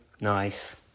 Nice